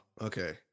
Okay